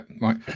right